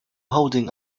holding